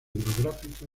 hidrográfica